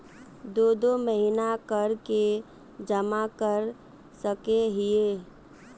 दो दो महीना कर के जमा कर सके हिये?